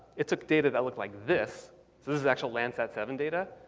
it took data that looked like this. so this is actual landsat seven data,